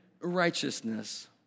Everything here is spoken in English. righteousness